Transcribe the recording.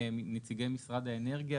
נציגי משרד האנרגיה,